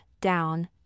down